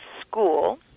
school